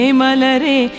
malare